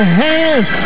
hands